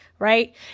Right